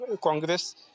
Congress